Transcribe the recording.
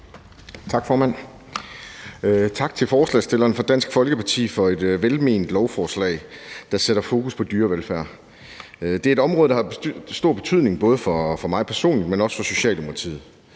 Tak, formand. Tak til forslagsstillerne fra Dansk Folkeparti for et velment beslutningsforslag, der sætter fokus på dyrevelfærd. Det er et område, der har stor betydning, både for mig personligt, men også for Socialdemokratiet.